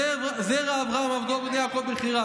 זרע אברהם עבדו בני יעקב בחיריו.